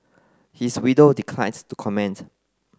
his widow declines to comment